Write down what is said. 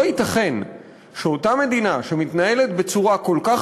לא ייתכן שאותה מדינה שמתנהלת בצורה כל כך